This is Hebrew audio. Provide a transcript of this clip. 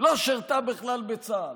לא שירתה בכלל בצה"ל,